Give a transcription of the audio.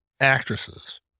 actresses